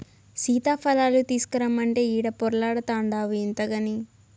సీతాఫలాలు తీసకరమ్మంటే ఈడ పొర్లాడతాన్డావు ఇంతగని